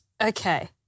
Okay